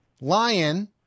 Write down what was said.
Lion